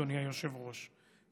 אדוני היושב-ראש,